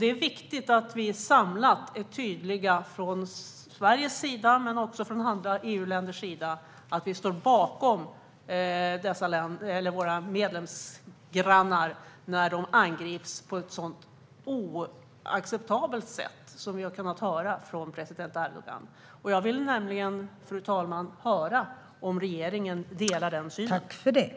Det är viktigt att vi samlat är tydliga från Sveriges sida men också från andra EU-länders sida att vi står bakom våra medlemsgrannar när de angrips på ett sådant oacceptabelt sätt som vi har kunnat höra från president Erdogan. Jag vill höra om regeringen delar den synen.